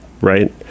right